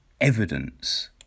evidence